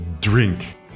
drink